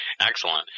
Excellent